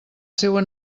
seua